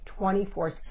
24-7